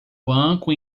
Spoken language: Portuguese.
banco